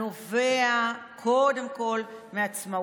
הנובע קודם כול מעצמאותה.